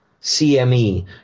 CME